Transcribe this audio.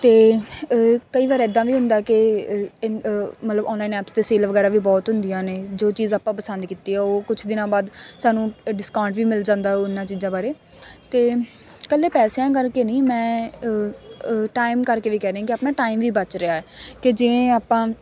ਅਤੇ ਕਈ ਵਾਰ ਇੱਦਾਂ ਵੀ ਹੁੰਦਾ ਕਿ ਮਤਲਬ ਔਨਲਾਈਨ ਐਪਸ 'ਤੇ ਸੇਲ ਵਗੈਰਾ ਵੀ ਬਹੁਤ ਹੁੰਦੀਆਂ ਨੇ ਜੋ ਚੀਜ਼ ਆਪਾਂ ਪਸੰਦ ਕੀਤੀ ਆ ਉਹ ਕੁਝ ਦਿਨਾਂ ਬਾਅਦ ਸਾਨੂੰ ਡਿਸਕਾਊਂਟ ਵੀ ਮਿਲ ਜਾਂਦਾ ਉਹਨਾ ਚੀਜ਼ਾਂ ਬਾਰੇ ਅਤੇ ਇਕੱਲੇ ਪੈਸਿਆਂ ਕਰਕੇ ਨਹੀਂ ਮੈਂ ਟਾਈਮ ਕਰਕੇ ਵੀ ਕਹਿ ਰਹੀਂ ਕਿ ਆਪਣਾ ਟਾਈਮ ਵੀ ਬਚ ਰਿਹਾ ਕਿ ਜਿਵੇਂ ਆਪਾਂ